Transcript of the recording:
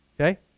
Okay